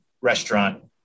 restaurant